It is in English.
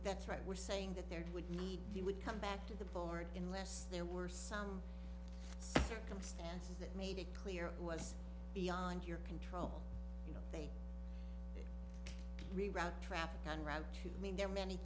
that's right we're saying that there would need he would come back to the board unless there were some circumstances that made it clear it was beyond your control you know they reroute traffic on route to mean there are many